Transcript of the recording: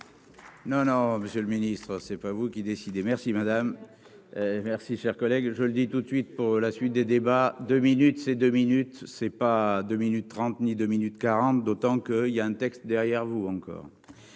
Non, non, monsieur le ministre, c'est pas vous qui décidez, merci madame, merci chers collègue, je le dis tout de suite pour la suite des débats, 2 minutes c'est 2 minutes c'est pas 2 minutes 30 ni 2 minutes 40, d'autant qu'il y a un texte derrière vous, encore.